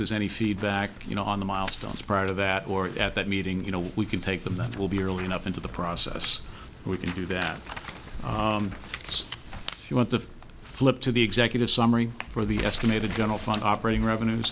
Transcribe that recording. there's any feedback you know on the milestones prior to that or at that meeting you know we can take them that will be early enough into the process we can do that if you want to flip to the executive summary for the estimated general fund operating revenues